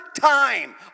time